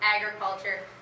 agriculture